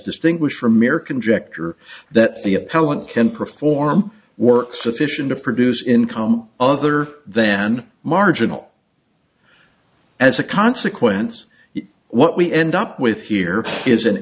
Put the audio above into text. distinguished from mere conjecture that the appellant can perform work sufficient to produce income other than marginal as a consequence what we end up with here is an